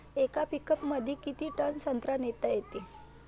येका पिकअपमंदी किती टन संत्रा नेता येते?